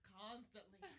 constantly